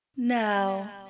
now